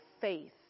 faith